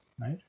right